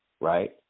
right